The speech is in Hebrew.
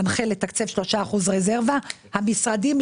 המשרדים,